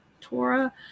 Torah